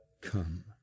come